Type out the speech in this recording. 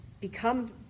become